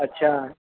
अच्छा